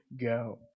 go